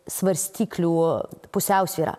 svarstyklių pusiausvyrą